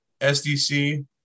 SDC